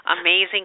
amazing